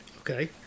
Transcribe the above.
Okay